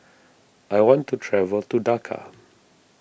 I want to travel to Dhaka